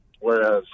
whereas